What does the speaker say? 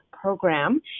program